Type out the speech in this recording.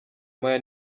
moya